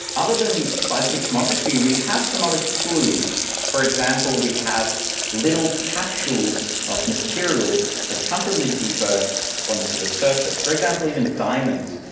other than seismic tomography we have some other clues. for example, we have little capsules of material that come from the deep earth onto the surface. surface. for example, even diamonds,